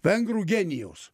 vengrų genijaus